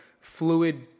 fluid